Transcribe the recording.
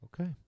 Okay